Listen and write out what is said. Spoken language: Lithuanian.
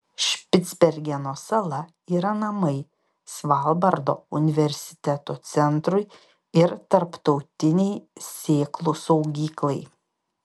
špicbergeno sala yra namai svalbardo universiteto centrui ir tarptautinei sėklų saugyklai